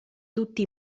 tutti